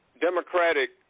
democratic